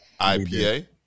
IPA